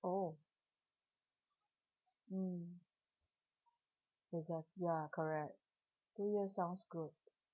oh mm there's a ya correct two years sounds good